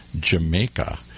Jamaica